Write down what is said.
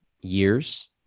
years